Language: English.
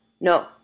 No